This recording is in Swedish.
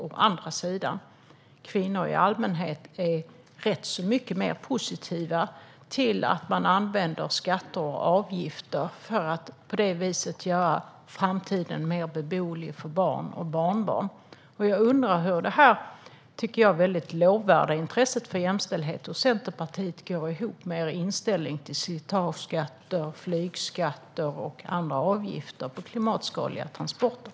Kvinnor är i allmänhet rätt så mycket mer positiva till att använda skatter och avgifter för att på det viset göra framtiden mer beboelig för barn och barnbarn. Jag undrar hur det som jag tycker väldigt lovvärda intresset för jämställdhet hos Centerpartiet går ihop med er inställning till slitageskatt, flygskatt och andra avgifter på klimatskadliga transporter.